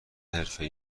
حرفه